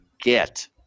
get